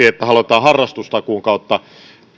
että halutaan harrastustakuun kautta